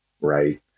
right